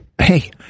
Hey